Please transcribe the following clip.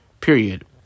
period